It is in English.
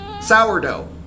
Sourdough